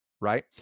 Right